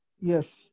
Yes